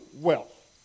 wealth